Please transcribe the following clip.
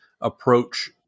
approach